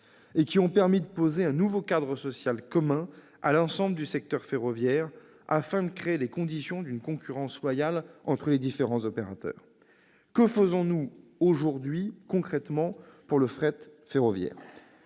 Elles ont permis de poser un nouveau cadre social commun à l'ensemble du secteur ferroviaire, propice à créer les conditions d'une concurrence loyale entre les différents opérateurs. Que faisons-nous, aujourd'hui, concrètement, pour le fret ferroviaire ?